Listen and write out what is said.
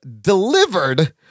delivered